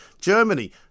Germany